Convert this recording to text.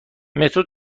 مترو